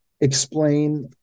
explain